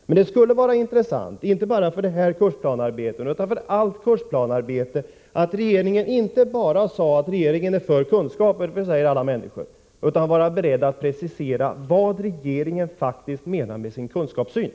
Men det skulle vara intressant, inte enbart för det här kursplanearbetet utan för allt kursplanearbete, om regeringen inte bara sade att regeringen är för kunskaper — det säger alla människor — utan vore beredd att precisera vad regeringen faktiskt menar med sin kunskapssyn.